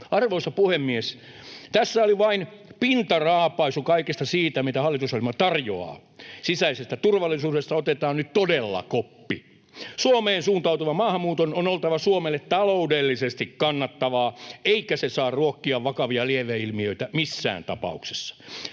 Arvoisa puhemies! Tässä oli vain pintaraapaisu kaikesta siitä, mitä hallitusohjelma tarjoaa. Sisäisestä turvallisuudesta otetaan nyt todella koppi. Suomeen suuntautuvan maahanmuuton on oltava Suomelle taloudellisesti kannattavaa, eikä se saa ruokkia vakavia lieveilmiöitä missään tapauksessa.